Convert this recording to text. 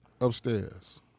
upstairs